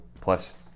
plus